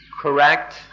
correct